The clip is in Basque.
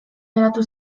geratu